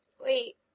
Wait